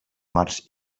març